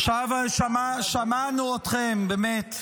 --- שמענו אתכם, באמת.